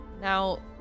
now